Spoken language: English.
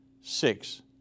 six